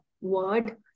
word